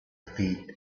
feet